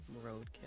roadkill